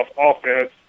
offense